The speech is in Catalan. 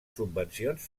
subvencions